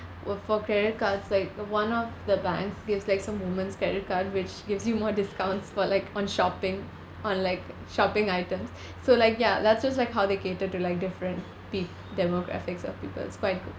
were for credit cards like one of the banks gives like some women's credit card which gives you more discounts for like on shopping on like shopping items so like ya that shows like how they cater to like different peo~ demographics of people it's quite co~